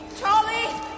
Charlie